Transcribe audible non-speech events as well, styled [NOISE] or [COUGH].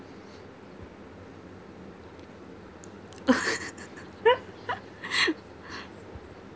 [LAUGHS]